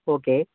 okay